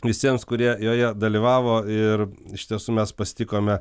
visiems kurie joje dalyvavo ir iš tiesų mes pasitikome